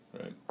right